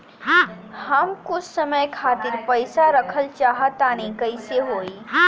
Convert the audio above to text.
हम कुछ समय खातिर पईसा रखल चाह तानि कइसे होई?